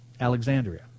Alexandria